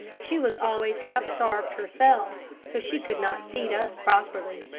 she was always half starved herself, so she could not feed us properly.